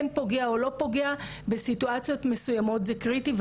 וכשמדברים על משטרת ישראל כמשטרת ישראל,